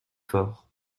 fort